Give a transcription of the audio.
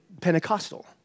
Pentecostal